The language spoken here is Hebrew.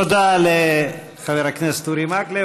תודה לחבר הכנסת אורי מקלב.